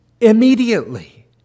immediately